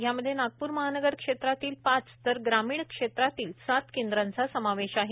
यामध्ये नागप्र महानगर क्षेत्रातील पाच तर ग्रामीण क्षेत्रातील सात केंद्रांचा समावेश आहे